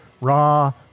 Raw